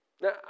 Now